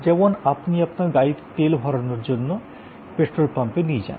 যেমন আপনি আপনার গাড়িতে তেল ভরানোর জন্য পেট্রল পাম্পে নিয়ে যান